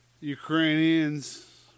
Ukrainians